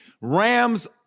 Rams